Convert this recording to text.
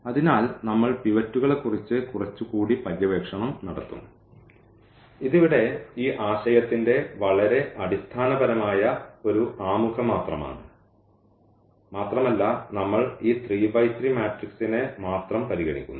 അതിനാൽ നമ്മൾ പിവറ്റുകളെക്കുറിച്ച് കുറച്ചുകൂടി പര്യവേക്ഷണം നടത്തും ഇത് ഇവിടെ ഈ ആശയത്തിന്റെ വളരെ അടിസ്ഥാനപരമായ ഒരു ആമുഖം മാത്രമാണ് മാത്രമല്ല നമ്മൾ ഈ 3x3 മാട്രിക്സിനെ മാത്രം പരിഗണിക്കുന്നു